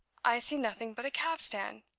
i see nothing but a cab-stand.